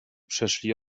przeszli